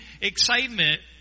excitement